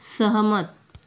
सहमत